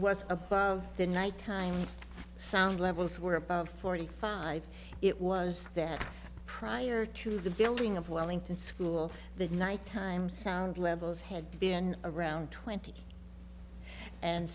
was above the night time sound levels were above forty five it was there prior to the building of wellington school the night time sound levels had been around twenty and